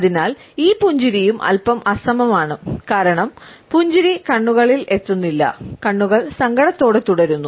അതിനാൽ ഈ പുഞ്ചിരിയും അല്പം അസമമാണ് കാരണം പുഞ്ചിരി കണ്ണുകളിൽ എത്തുന്നില്ല കണ്ണുകൾ സങ്കടത്തോടെ തുടരുന്നു